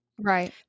Right